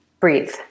Breathe